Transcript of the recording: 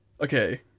okay